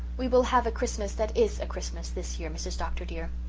we will have a christmas that is a christmas this year, mrs. dr. dear.